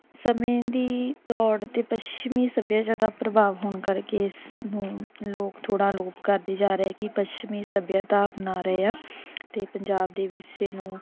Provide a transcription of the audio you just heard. ਸਮੇਂ ਦੀ ਦੌੜ ਅਤੇ ਪੱਛਮੀ ਸੱਭਿਆਚਾਰ ਦਾ ਪ੍ਰਭਾਵ ਹੋਣ ਕਰਕੇ ਇਸ ਨੂੰ ਲੋਕ ਥੋੜ੍ਹਾ ਅਲੋਪ ਕਰਦੇ ਜਾ ਰਹੇ ਕਿ ਪੱਛਮੀ ਸੱਭਿਅਤਾ ਅਪਣਾ ਰਹੇ ਆ ਅਤੇ ਪੰਜਾਬ ਦੇ ਵਿਰਸੇ ਨੂੰ